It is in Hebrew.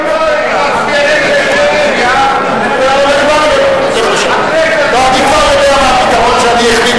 כבוד השר איתן, אני מעמיד דילמה בפני חבר הכנסת